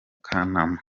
kanama